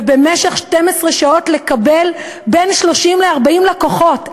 ובמשך 12 שעות לקבל בין 30 ל-40 לקוחות.